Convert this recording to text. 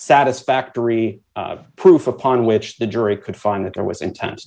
satisfactory proof upon which the jury could find that there was intense